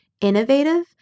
innovative